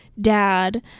dad